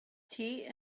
tea